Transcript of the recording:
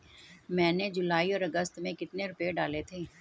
मैंने जुलाई और अगस्त में कितने रुपये डाले थे?